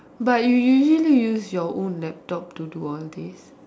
but you usually use your own laptop to do all this